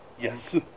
Yes